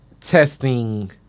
testing